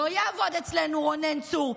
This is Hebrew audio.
לא יעבוד אצלנו רונן צור,